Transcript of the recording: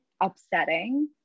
upsetting